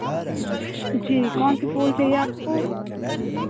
जी कौन से फूल चाहिए आपको